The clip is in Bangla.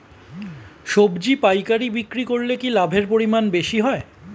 সবজি পাইকারি বিক্রি করলে কি লাভের পরিমাণ বেশি হয়?